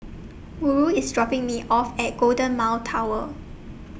Murl IS dropping Me off At Golden Mile Tower